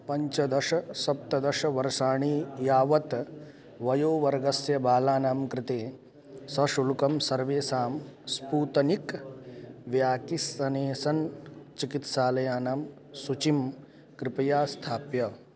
पञ्चदश सप्तदशवर्षाणि यावत् वयोवर्गस्य बालानां कृते सशुल्कं सर्वेषां स्पूतनिक् व्याकिस्सनेसन् चिकित्सालयानां सूचीं कृपया स्थापय